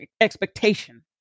expectation